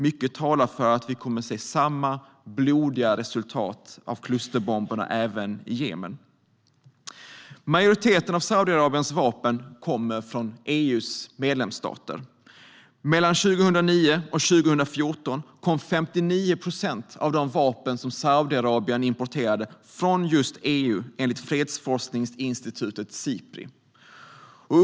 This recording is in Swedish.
Mycket talar för att vi kommer att se samma blodiga resultat av klusterbomberna även i Jemen. Majoriteten av Saudiarabiens vapen kommer från EU:s medlemsstater. Mellan 2009 och 2014 kom 59 procent av de vapen som Saudiarabien importerade från just EU, enligt fredsforskningsinstitutet Sipri.